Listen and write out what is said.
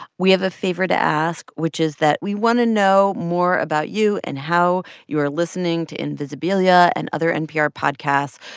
we have a favor to ask, which is that we want to know more about you and how you are listening to invisibilia and other npr podcasts.